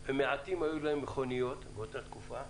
מעטים היו להם מכוניות באותה תקופה,